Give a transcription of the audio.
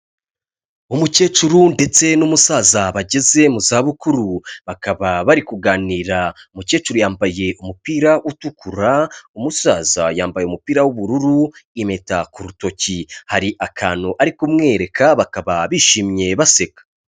Umukecuru ndetse n'umusaza bageze mu zabukuru bakaba bari kuganira, umukecuru yambaye umupira utukura, umusaza yambaye umupira w'ubururu, impeta ku rutoki, hari akantu ari kumwereka bakaba bishimye baseka.